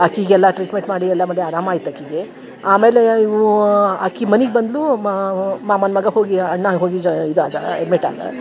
ಆಕಿಗೆ ಎಲ್ಲ ಟ್ರೀಟ್ಮೆಂಟ್ ಮಾಡಿ ಎಲ್ಲ ಮಾಡಿ ಆರಾಮ ಆಯ್ತು ಆಕಿಗೆ ಆಮೇಲೆ ಇವು ಆಕಿ ಮನಿಗೆ ಬಂದ್ಲೂ ಮಾಮನ ಮಗ ಹೋಗಿ ಅಣ್ಣ ಹೋಗಿ ಜೊ ಇದು ಆದ ಎಡ್ಮಿಟ್ ಆದ